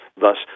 thus